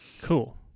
Cool